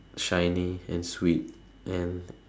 shiny and sweet and